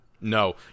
No